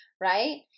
right